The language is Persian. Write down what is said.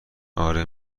اره